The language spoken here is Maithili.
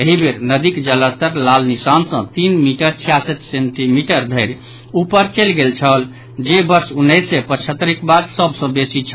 एहि बेर नदीक जलस्तर लाल निशान सँ तीन मीटर छियासठि सेंटीमीटर धरि ऊपर चलि गेल छल जे वर्ष उन्नैस सय पचहत्तरिक बाद सभ सँ बेसी छल